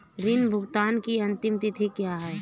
ऋण भुगतान की अंतिम तिथि क्या है?